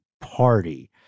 party